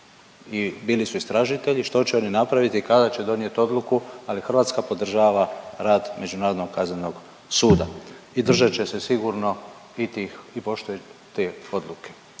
i bili su istražitelji, što će oni napraviti, kada će donijet odluku ali Hrvatska podržava rad Međunarodnog kaznenog suda i držat će se sigurno i poštovati odluke